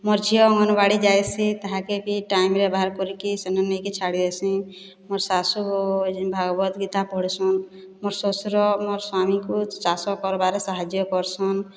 ମୋର୍ ଝିଅ ଅଙ୍ଗନବାଡ଼ି ଯାଇଛି ତାହାକେ ଭି ଟାଇମ୍ରେ ବାହାର କରିକି ସେନୁ ନେଇକି ଛାଡ଼ି ଆସିବି ମୋର ଶାଶୁ ଭାଗବତ ଗୀତ ପଢିଛନ୍ ମୋର ଶ୍ୱଶୁର ମୋର ସ୍ୱାମୀ ଙ୍କୁ ଚାଷ କରିବାରେ ସାହାଯ୍ୟ କରିଛନ୍